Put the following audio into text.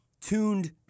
tuned